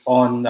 on